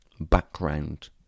background